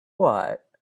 what